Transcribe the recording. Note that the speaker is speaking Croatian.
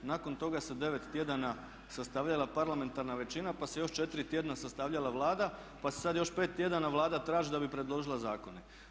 Nakon toga se 9 tjedana sastavljala parlamentarna većina pa se još 4 tjedna sastavljala Vlada pa se sad još 5 tjedana Vlada traži da bi predložila zakone.